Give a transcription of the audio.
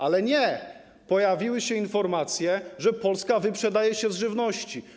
Ale nie, pojawiły się informacje, że Polska wyprzedaje żywność.